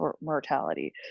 mortality